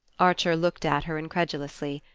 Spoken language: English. archer looked at her incredulously.